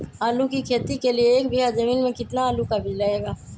आलू की खेती के लिए एक बीघा जमीन में कितना आलू का बीज लगेगा?